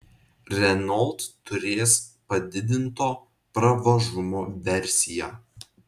renault turės padidinto pravažumo versiją